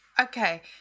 okay